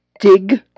dig